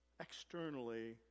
externally